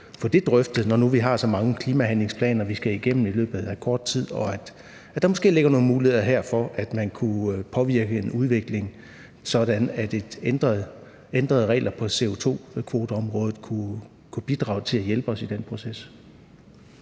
få det drøftet, når nu vi har så mange klimahandlingsplaner, vi skal igennem i løbet af kort tid, og at der måske her ligger nogle muligheder for, at man kunne påvirke en udvikling, sådan at ændrede regler på CO2-kvoteområdet kunne bidrage til at hjælpe os i den proces.